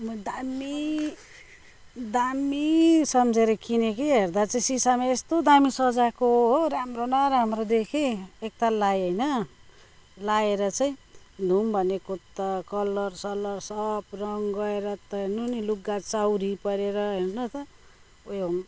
म दामी दामी सम्झेर किने कि हेर्दा चाहिँ सिसामा यस्तो दामी सजाएको हो राम्रो न राम्रो देखेँ एकताल लगाएँ होइन लगाएर चाहिँ धुनु भनेको त कलरसलर सब रङ गएर त हेर्नु नि लुगा चाउरी परेर हर्नु त उयो